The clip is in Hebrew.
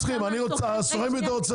אני רוצה